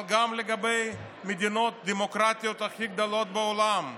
אבל גם לגבי המדינות הדמוקרטיות הכי גדולות בעולם,